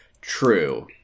True